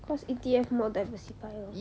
cause E_T_F more diversified lor